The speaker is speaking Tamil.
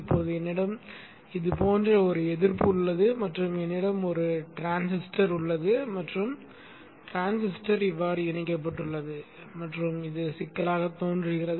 இப்போது என்னிடம் இது போன்ற ஒரு எதிர்ப்பு உள்ளது மற்றும் என்னிடம் ஒரு டிரான்சிஸ்டர் உள்ளது மற்றும் டிரான்சிஸ்டர் இவ்வாறு இணைக்கப்பட்டுள்ளது மற்றும் சிக்கலானதாக தோன்றுகிறது